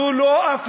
זו לא אפריקה,